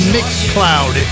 Mixcloud